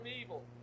evil